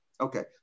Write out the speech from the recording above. Okay